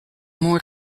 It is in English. more